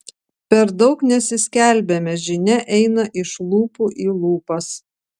per daug nesiskelbiame žinia eina iš lūpų į lūpas